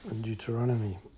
Deuteronomy